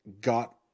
got